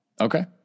Okay